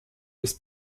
ist